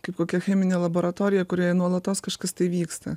kaip kokia cheminė laboratorija kurioje nuolatos kažkas tai vyksta